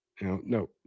No